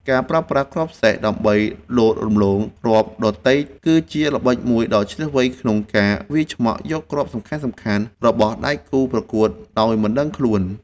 ការប្រើប្រាស់គ្រាប់សេះ ដើម្បីលោតរំលងគ្រាប់ដទៃគឺជាល្បិចមួយដ៏ឈ្លាសវៃក្នុងការវាយឆ្មក់យកគ្រាប់សំខាន់ៗរបស់ដៃគូប្រកួតដោយមិនដឹងខ្លួន។